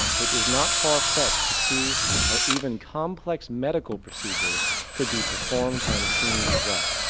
it is not far fetch to see how even complex medical procedures could be performed by machines as well.